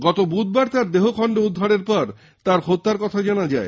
গত বুধবার তার দেহখন্ড উদ্ধারের পর পর মৃত্যুর কথা জানা যায়